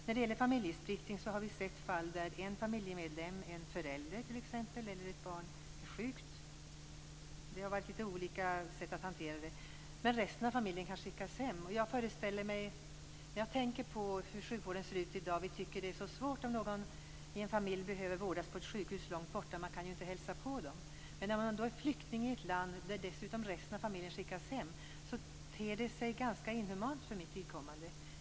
När det gäller familjesplittring har vi sett fall när t.ex. en förälder är sjuk eller ett barn är sjukt och resten av familjen har skickats hem. Vi brukar tycka att det är svårt om någon i en familj behöver vårdas på ett sjukhus långt hemifrån och man inte kan hälsa på honom eller henne. Men om man är flykting i ett land och resten av familjen skickas hem ter det sig för mitt vidkommande ganska inhumant med familjesplittring.